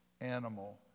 animal